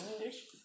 English